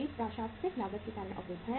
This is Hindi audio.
वे प्रशासनिक लागत के कारण अवरुद्ध हैं